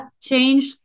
Change